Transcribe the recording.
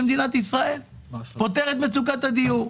כך מדינת ישראל פותרת את מצוקת הדיור,